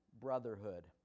brotherhood